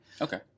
Okay